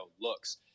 looks